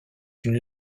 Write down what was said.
une